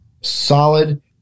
solid